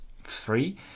free